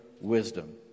wisdom